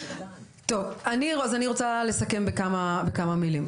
טוב, אז אני רוצה לסכם בכמה מילים.